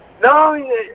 No